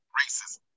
racism